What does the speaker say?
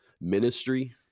Ministry